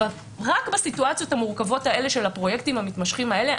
רק בסיטואציות המורכבות האלה של הפרויקטים המתמשכים האלה,